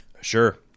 Sure